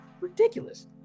ridiculous